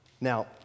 Now